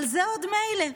אבל זה עוד מילא,